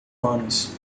anos